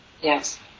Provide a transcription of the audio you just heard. Yes